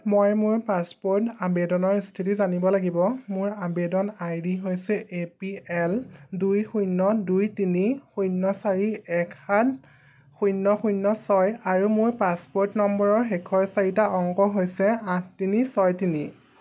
মই মোৰ পাছপোৰ্ট আবেদনৰ স্থিতি জানিব লাগিব মোৰ আবেদন আই ডি হৈছে এ পি এল দুই শূন্য দুই তিনি শূন্য চাৰি এক সাত শূন্য শূন্য ছয় আৰু মোৰ পাছপোৰ্ট নম্বৰৰ শেষৰ চাৰিটা অংক হৈছে আঠ তিনি ছয় তিনি